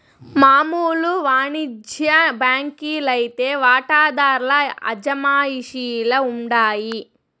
మామూలు వానిజ్య బాంకీ లైతే వాటాదార్ల అజమాయిషీల ఉండాయి